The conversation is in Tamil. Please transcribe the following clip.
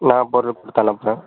நான் பொருள் கொடுத்து அனுப்புறன்